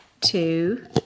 two